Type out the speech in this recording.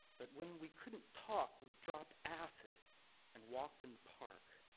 but when we couldn't talk, we dropped acid and walked in the park.